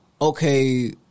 okay